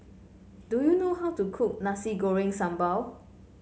do you know how to cook Nasi Goreng Sambal